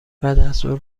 بعدازظهر